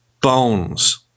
bones